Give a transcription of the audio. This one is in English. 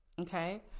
okay